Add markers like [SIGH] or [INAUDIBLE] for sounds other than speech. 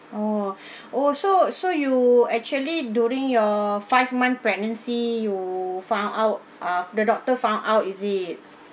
oh [BREATH] oh so so you actually during your five month pregnancy you found out ah the doctor found out is it